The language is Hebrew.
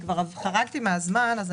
גברתי השרה וגברתי המנכ"לית, תודה על הסקירה.